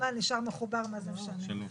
החשמל נשאר מחובר, מה זה משנה.